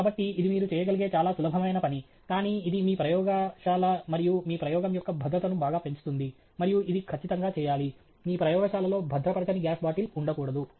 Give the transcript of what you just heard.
కాబట్టి ఇది మీరు చేయగలిగే చాలా సులభమైన పని కానీ ఇది మీ ప్రయోగశాల మరియు మీ ప్రయోగం యొక్క భద్రతను బాగా పెంచుతుంది మరియు ఇది ఖచ్చితంగా చేయాలి మీ ప్రయోగశాలలో భద్రపరచని గ్యాస్ బాటిల్ ఉండకూడదు